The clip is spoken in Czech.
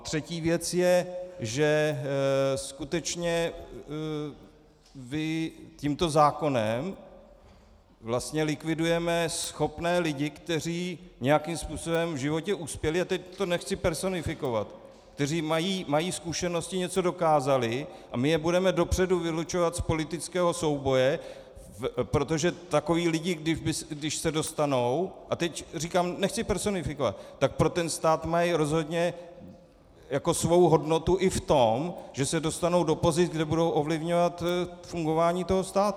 Třetí věc je, že skutečně tímto zákonem vlastně likvidujeme schopné lidi, kteří nějakým způsobem v životě uspěli, teď to nechci personifikovat, kteří mají zkušenosti, něco dokázali, a my je budeme dopředu vylučovat z politického souboje, protože takoví lidé, když se dostanou, a teď říkám, nechci personifikovat, tak pro ten stát mají rozhodně svou hodnotu i v tom, že se dostanou do pozic, kde budou ovlivňovat fungování toho státu.